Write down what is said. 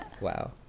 wow